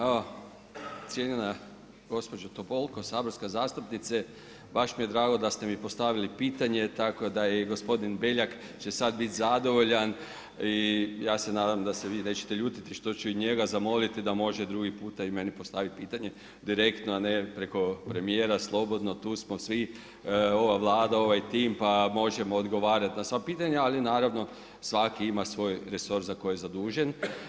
Evo, cijenjena gospođo Topolko, saborska zastupnice, baš mi je drago da ste mi postavili pitanje tako da i gospodin Beljak će sada biti zadovoljan i ja se nadam da se vi nećete ljutiti što ću i njega zamoliti da može drugi puta i meni postaviti pitanje direktno a ne preko premijera slobodno, tu smo svi, ova Vlada, ovaj tim, pa možemo odgovarati na sva pitanja ali naravno svaki ima svoj resor za koji je zadužen.